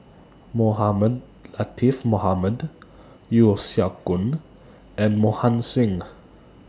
Mohamed Latiff Mohamed Yeo Siak Goon and Mohan Singh